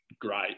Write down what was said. great